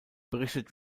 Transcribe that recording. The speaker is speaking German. berichtet